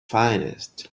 finest